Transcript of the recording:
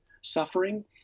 suffering